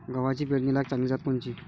गव्हाची पेरनीलायक चांगली जात कोनची?